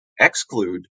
exclude